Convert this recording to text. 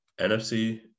NFC